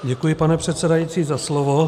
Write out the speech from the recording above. Děkuji, pane předsedající, za slovo.